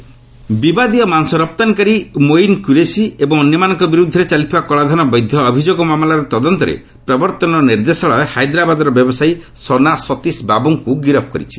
ED Sana arrest ବିବାଦୀୟ ମାଂସରପ୍ତାନୀକାରୀ ମୋଇନ୍ କ୍ୟୁରେସୀ ଏବଂ ଅନ୍ୟମାନଙ୍କ ବିରୁଦ୍ଧରେ ଚାଲିଥିବା କଳାଧନ ବୈଧ ଅଭିଯୋଗ ମାମଲର ତଦନ୍ତରେ ପ୍ରବର୍ତ୍ତନ ନିର୍ଦ୍ଦେଶାଳୟ ହାଇଦ୍ରାବାଦର ବ୍ୟବସାୟୀ ସନା ସତୀଶ ବାବୃକ୍କୁ ଗିରଫ କରିଛି